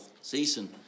season